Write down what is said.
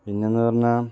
പിന്നെയെന്ന് പറഞ്ഞാൽ